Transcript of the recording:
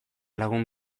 lagun